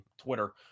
Twitter